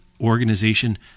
organization –